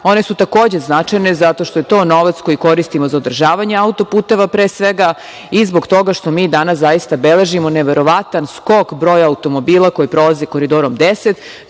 One su takođe značajne zato što je to novac koji koristimo za održavanje autoputeve pre svega i zbog toga što mi danas zaista beležimo neverovatan skok broja automobila koji prolazi Koridorom 10.